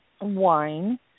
wine